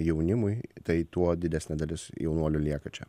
jaunimui tai tuo didesnė dalis jaunuolių lieka čia